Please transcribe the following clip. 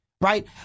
right